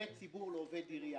"עובד עירייה".